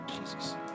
Jesus